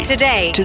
Today